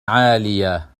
عالية